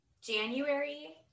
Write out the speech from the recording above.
January